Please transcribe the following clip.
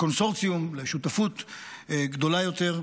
לקונסורציום, לשותפות גדולה יותר,